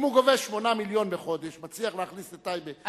אם הוא גובה 8 מיליון בחודש ומצליח להכניס לטייבה,